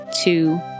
two